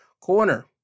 corner